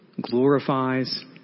glorifies